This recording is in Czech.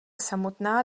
samotná